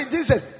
Jesus